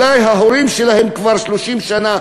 ההורים שלהם כבר 30 שנה,